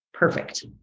Perfect